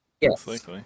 Yes